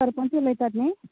सरपंच उलयतात न्ही